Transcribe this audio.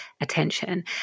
attention